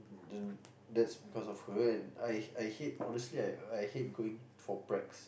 and that's because of her and I I hate honestly I hate going for brags